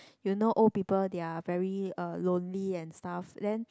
you know old people they are very uh lonely and stuff then